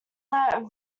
let